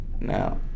Now